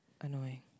Annoying